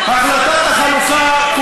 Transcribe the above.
תודה לחבר הכנסת עודד פורר.